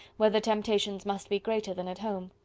where the temptations must be greater than at home.